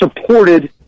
supported